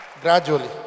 gradually